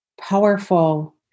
powerful